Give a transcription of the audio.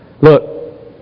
Look